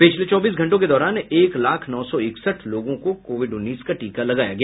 पिछले चौबीस घंटों के दौरान एक लाख नौ सौ इकसठ लोगों को कोविड उन्नीस का टीका लगाया गया